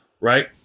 right